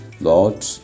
Lord